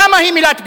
למה היא מילת גנאי?